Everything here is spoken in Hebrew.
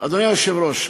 אדוני היושב-ראש,